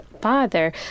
father